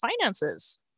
finances